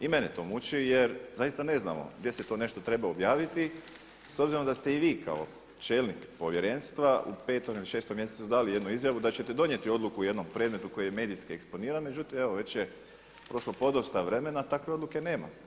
I mene to muči jer zaista ne znamo gdje se to nešto treba objaviti s obzirom da ste i vi kao čelnik povjerenstva u 5 ili 6 mjesecu dali jednu izjavu da ćete donijeti odluku u jednom predmetu koji je medijski eksponiran, međutim evo već je prošlo podosta vremena i takve odluke nema.